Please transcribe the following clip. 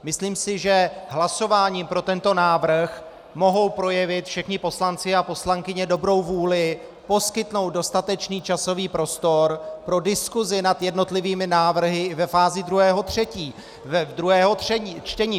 Myslím si, že hlasováním pro tento návrh mohou projevit všichni poslanci a poslankyně dobrou vůli poskytnout dostatečný časový prostor pro diskusi nad jednotlivými návrhy ve fázi druhého čtení.